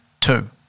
Two